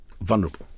vulnerable